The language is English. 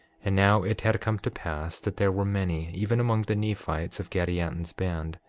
and now it had come to pass that there were many, even among the nephites, of gadianton's band.